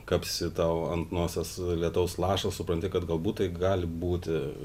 kapsi tau ant nosies lietaus lašas supranti kad galbūt tai gali būti